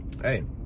Hey